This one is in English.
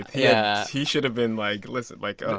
yeah he should had been like, listen, like, oh.